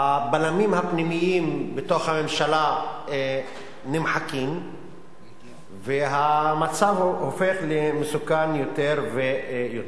הבלמים הפנימיים בתוך הממשלה נמחקים והמצב הופך למסוכן יותר ויותר.